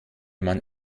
man